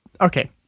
okay